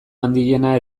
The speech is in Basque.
handiena